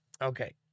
Okay